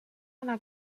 anar